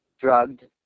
drugged